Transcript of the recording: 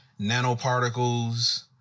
nanoparticles